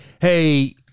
Hey